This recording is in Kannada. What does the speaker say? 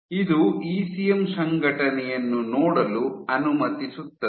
ಇದು ಇಸಿಎಂ ಸಂಘಟನೆಯನ್ನು ನೋಡಲು ಅನುಮತಿಸುತ್ತದೆ